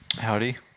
Howdy